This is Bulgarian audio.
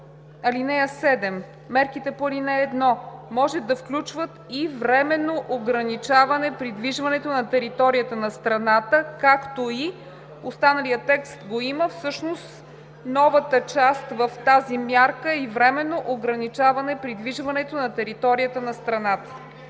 „(7) Мерките по ал. 1 може да включват и временно ограничаване придвижването на територията на страната, както и… “. Останалия текст го има. Всъщност новата част в тази мярка: „…и временно ограничаване придвижването на територията на страната.“